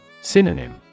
Synonym